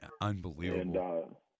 Unbelievable